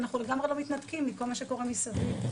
ואנחנו לגמרי לא מתנתקים מכל מה שקורה מסביב.